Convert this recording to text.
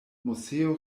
moseo